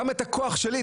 גם את הכוח שלי,